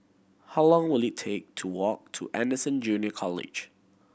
how long will it take to walk to Anderson Junior College